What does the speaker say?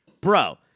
bro